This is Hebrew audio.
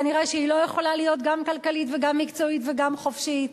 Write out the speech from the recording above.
כנראה שהיא לא יכולה להיות גם כלכלית וגם מקצועית וגם חופשית,